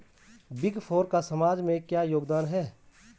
Big four का समाज में क्या योगदान है?